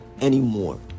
anymore